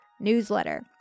newsletter